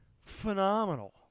phenomenal